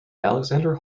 alexander